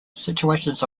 situations